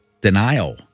denial